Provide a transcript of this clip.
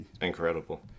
incredible